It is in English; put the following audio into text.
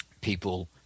people